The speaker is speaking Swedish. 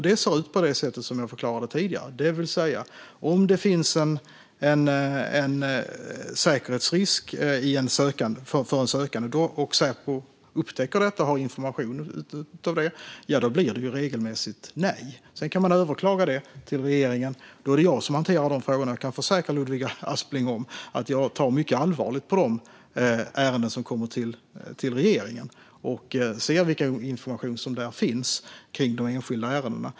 Det ser ut på det sätt som jag förklarade tidigare: Om det finns en säkerhetsrisk beträffande en sökande och Säpo upptäcker detta och har information om det blir det regelmässigt nej. Sedan kan man överklaga till regeringen. Då är det jag som hanterar de frågorna. Jag kan försäkra Ludvig Aspling om att jag tar mycket allvarligt på de ärenden som kommer till regeringen och ser vilken information som finns i de enskilda ärendena.